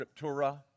scriptura